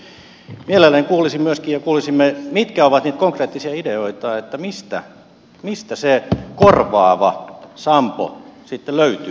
mutta nyt mielellämme kuulisimme myöskin mitkä ovat niitä konkreettisia ideoita ja mistä se korvaava sampo sitten löytyy